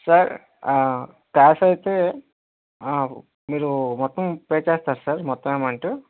sir cash అయితే మీరు మొత్తం పే చేస్తారా మొత్తం అమౌంట్